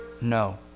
No